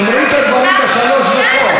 תאמרי את הדברים בשלוש דקות.